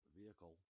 vehicle